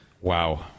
Wow